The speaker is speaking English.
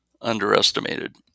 underestimated